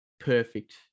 perfect